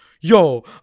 yo